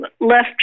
left